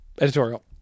editorial